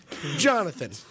Jonathan